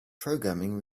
programming